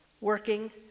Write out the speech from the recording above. working